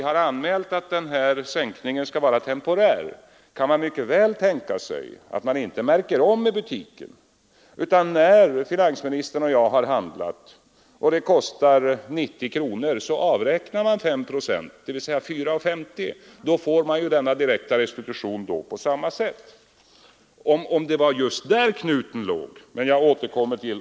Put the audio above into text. Man kan därför mycket väl tänka sig att butikerna inte märker om sina varor utan avräknar 5 procent på summan. När finansministern eller jag har handlat och summan blir 90 kronor så avräknar man då alltså 4:50. På det sättet får man en direkt restitution på samma sätt här som inom bostadssektorn. Om det var just där knuten låg, så är den då löst.